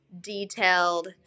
detailed